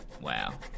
Wow